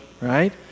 right